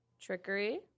Trickery